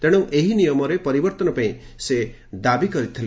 ତେଣୁ ଏହି ନିୟମରେ ପରିବର୍ତନ ପାଇଁ ସେ ଦାବି କରିଥିଲେ